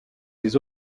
ses